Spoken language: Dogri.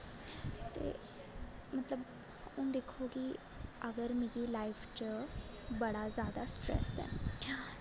हून दिक्खो कि मिगी लाईफ च बड़ा जैदा स्ट्रैस्स ऐ